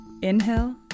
Inhale